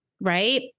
right